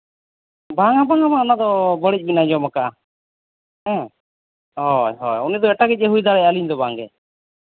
ᱵᱟᱝᱼᱟ ᱵᱟᱝᱼᱟ ᱚᱱᱟᱫᱚ ᱵᱟᱹᱲᱤᱡ ᱵᱮᱱ ᱟᱡᱚᱢ ᱠᱟᱜᱼᱟ ᱦᱮᱸ ᱦᱳᱭ ᱦᱳᱭ ᱩᱱᱤ ᱫᱚ ᱮᱴᱟᱜᱤᱡ ᱮ ᱦᱩᱭ ᱫᱟᱲᱮᱭᱟᱜᱼᱟ ᱟᱹᱞᱤᱧ ᱫᱚ ᱵᱟᱝᱜᱮ